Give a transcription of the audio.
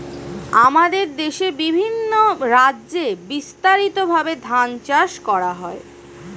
আমাদের দেশে বিভিন্ন রাজ্যে বিস্তারিতভাবে ধান চাষ করা হয়